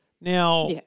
Now